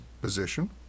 position